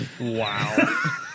Wow